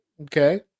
Okay